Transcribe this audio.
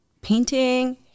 painting